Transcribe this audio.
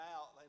out